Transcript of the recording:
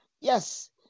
Yes